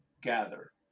gather